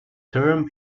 term